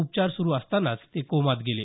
उपचार सुरू असताना ते कोमात गेले